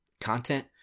content